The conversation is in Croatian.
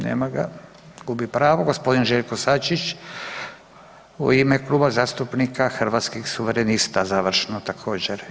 Nema ga, gubi pravo. g. Željko Sačić u ime Kluba zastupnika Hrvatskih suverenista završno također.